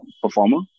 performer